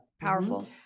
Powerful